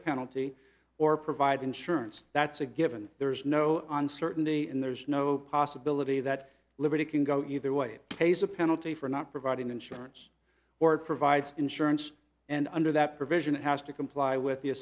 penalty or provide insurance that's a given there's no uncertainty and there's no possibility that liberty can go either way it pays a penalty for not providing insurance or it provides insurance and under that provision it has to comply with